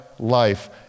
Life